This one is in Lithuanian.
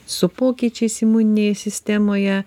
su pokyčiais imuninėj sistemoje